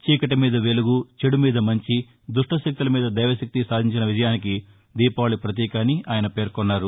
చీకటి మీద వెలుగు చెడు మీద మంచి దుష్షశక్తుల మీద దైవశక్తి సాధించిన విజయానికి దీపావళి పతీక అని ఆయన పేర్కొన్నారు